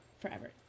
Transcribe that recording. forever